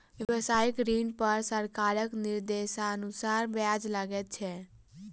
व्यवसायिक ऋण पर सरकारक निर्देशानुसार ब्याज लगैत छै